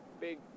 big